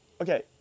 okay